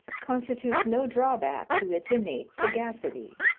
constitutes no drawback to its innate sagacity,